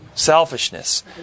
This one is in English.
Selfishness